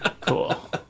cool